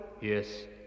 Yes